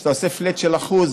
כשאתה עושה פלאט של 1%,